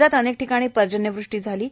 राज्यात अनेक ठिकाणी पर्जन्य वृष्टी झाली आहे